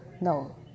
no